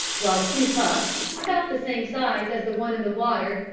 while two pups, about the same size as the one in the water,